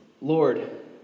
Lord